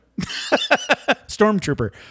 stormtrooper